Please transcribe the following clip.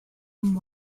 and